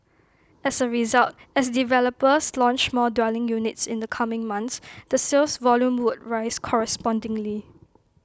as A result as developers launch more dwelling units in the coming months the sales volume would rise correspondingly